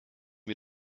wir